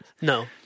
No